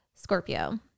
Scorpio